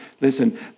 Listen